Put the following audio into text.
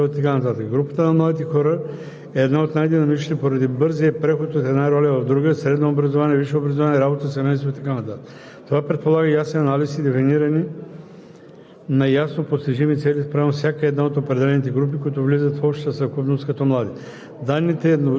В заключение господин Павлов каза, че младите хора в България, като своите връстници в Европа, са изправени пред безброй предизвикателства, свързани с тяхното образование, реализация, качество на живот и така нататък. Групата на младите хора е една от най-динамичните поради бързия преход от една роля в друга – средно образование, висше образование, работа, семейство и така